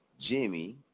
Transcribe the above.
Jimmy